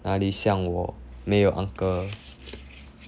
哪里像我没有 uncle